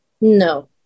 No